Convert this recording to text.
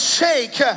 shake